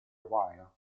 while